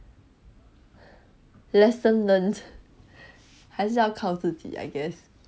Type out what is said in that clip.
lesson learnt 还是要靠自己 I guess ya